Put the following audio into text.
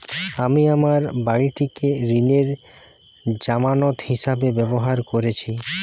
আমি আমার বাড়িটিকে ঋণের জামানত হিসাবে ব্যবহার করেছি